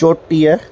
चोटीह